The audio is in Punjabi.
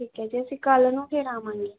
ਠੀਕ ਹੈ ਜੀ ਅਸੀਂ ਕੱਲ੍ਹ ਨੂੰ ਫਿਰ ਆਵਾਂਗੇ